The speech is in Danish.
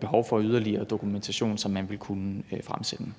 behov for yderligere dokumentation, som man vil kunne fremsende.